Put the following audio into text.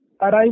arrive